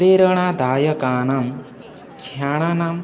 प्रेरणादायकानां क्षणानां